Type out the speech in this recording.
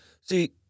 See